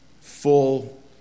full